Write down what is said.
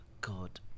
God